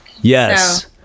Yes